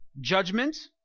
judgment